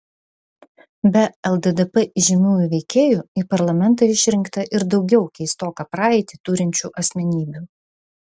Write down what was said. be lddp įžymiųjų veikėjų į parlamentą išrinkta ir daugiau keistoką praeitį turinčių asmenybių